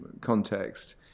context